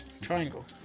triangle